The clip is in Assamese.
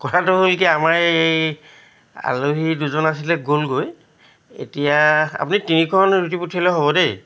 কথাটো হ'ল কি আমাৰ এই আলহী দুজন আছিলে গ'লগৈ এতিয়া আপুনি তিনিখন ৰুটি পঠিয়ালে হ'ব দেই